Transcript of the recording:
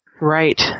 Right